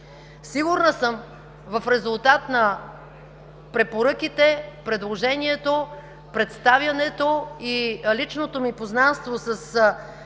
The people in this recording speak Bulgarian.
Сигурна съм, в резултат на препоръките, предложението, представянето и личното ми познанство с